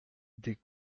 des